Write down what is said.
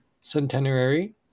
centenary